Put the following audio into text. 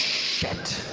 shit.